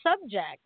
subject